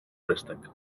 préstec